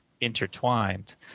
intertwined